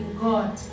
God